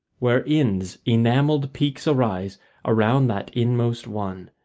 where ind's enamelled peaks arise around that inmost one,